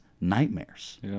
nightmares